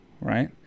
right